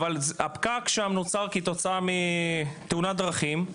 אבל הפקק שם נוצר כתוצאה מתאונת דרכים,